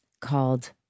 called